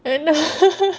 don't know